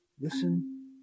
listen